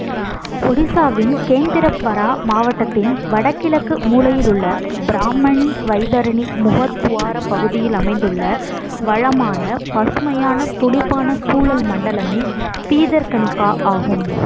ஒடிசாவின் கேந்திரபரா மாவட்டத்தின் வடகிழக்கு மூலையில் உள்ள பிராம்மணி வைதரணி முகத்துவாரப் பகுதியில் அமைந்துள்ள வளமான பசுமையான துடிப்பான சூழல் மண்டலமே பீதர்கனிகா ஆகும்